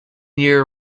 year